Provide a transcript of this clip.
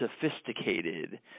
Sophisticated